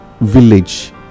village